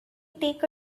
take